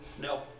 No